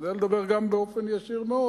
אתה יודע לדבר גם באופן ישיר מאוד.